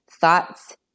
thoughts